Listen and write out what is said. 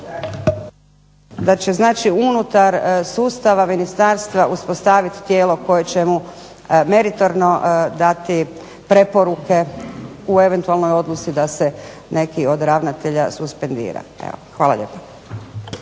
da će unutar sustava ministarstva uspostaviti tijelo koje će mu meritorno dati preporuke u eventualnoj odluci da se neki od ravnatelja suspendira. Hvala lijepo.